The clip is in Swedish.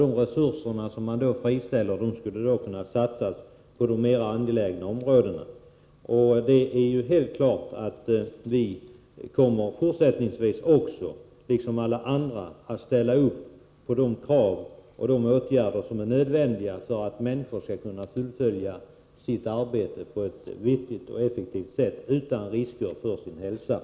De resurser som därmed kan friställas skulle kunna satsas på mer angelägna områden. Vi, liksom alla andra, kommer även i fortsättningen att ställa upp på de åtgärder som är nödvändiga för att människorna skall kunna fullgöra sitt arbete på ett effektivt sätt utan risker för hälsan.